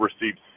received